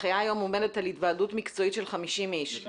ההנחיה היום אומרת על היוועדות מקצועית של 50 איש,